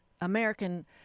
American